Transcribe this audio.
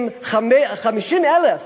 50,000,